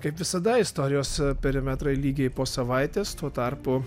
kaip visada istorijos perimetrai lygiai po savaitės tuo tarpu